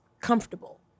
comfortable